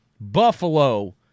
Buffalo